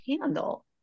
handle